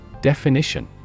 Definition